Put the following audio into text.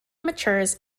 matures